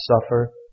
suffer